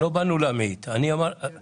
לא באנו להמעיט בחשיבות שלכם ואין ספק